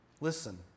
Listen